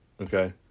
okay